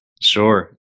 Sure